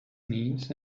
knees